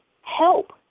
Help